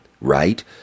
right